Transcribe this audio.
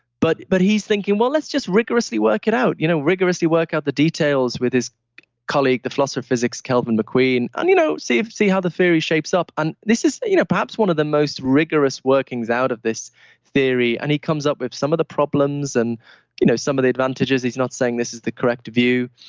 but but he's thinking, well, let's just rigorously work it out, you know rigorously work out the details with his colleague, the philosopher physicist, calvin mcqueen and you know see how the ferry shapes up. and this is you know perhaps one of the most rigorous workings out of this theory. and he comes up with some of the problems and you know some of the advantages, he's not saying this is the correct view.